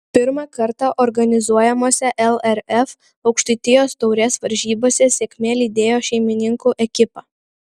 pirmą kartą organizuojamose lrf aukštaitijos taurės varžybose sėkmė lydėjo šeimininkų ekipą